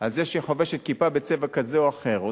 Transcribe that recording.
על זה שהיא חובשת כיפה בצבע כזה או אחר או